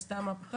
היא עשתה מהפכה,